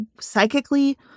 psychically